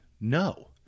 no